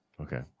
okay